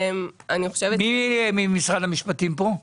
מי נמצא כאן